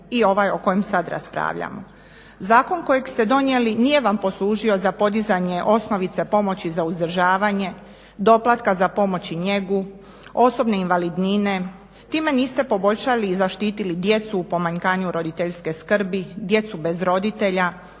i ovaj o kojem sad raspravljamo. Zakon kojeg ste donijeli nije vam poslužio za podizanje osnovice pomoći za uzdržavanje, doplatka za pomoć i njegu, osobne invalidnine. Time niste poboljšali i zaštitili djecu u pomanjkanju roditeljske skrbi, djecu bez roditelja,